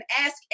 ask